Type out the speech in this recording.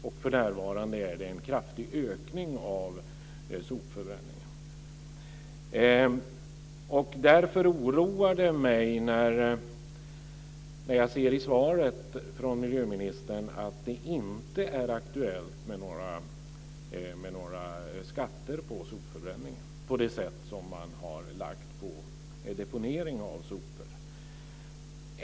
För närvarande är det en kraftig ökning av sopförbränningen. Därför oroar det mig när jag ser i svaret från miljöministern att det inte är aktuellt med några skatter på sopbränningen på det sätt som det har lagts på deponering av sopor.